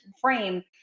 frame